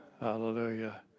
Hallelujah